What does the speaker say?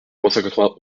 trois